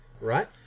Right